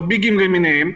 בביגים למיניהם.